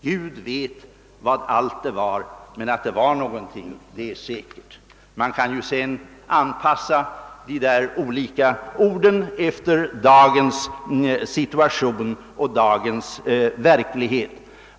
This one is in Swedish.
Gud vet allt vad det var, men att det var någonting, det är säkert.» Man kan sedan anpassa de där orden efter dagens situation och dagens verklighet.